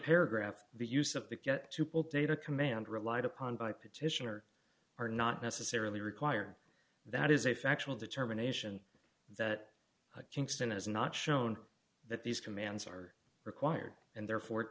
paragraph the use of the get to pull data command relied upon by petitioner are not necessarily required that is a factual determination that kingston has not shown that these commands are required and therefore